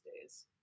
days